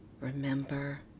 remember